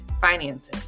finances